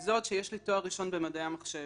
וזה עוד כשיש לי תואר ראשון במדעי המחשב.